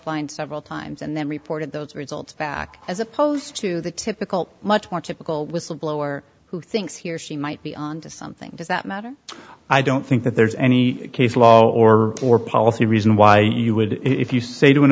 line several times and then reported those results back as opposed to the typical much more typical whistleblower who thinks he or she might be on to something does that matter i don't think that there's any case law or or policy reason why you would if you say to an